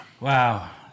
Wow